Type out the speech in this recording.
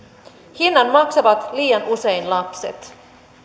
hinnan maksavat liian usein lapset